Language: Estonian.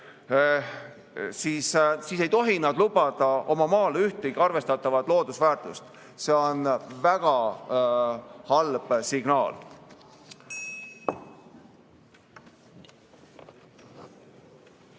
siis ei tohi nad lubada oma maale ühtegi arvestatavat loodusväärtust. See on väga halb signaal.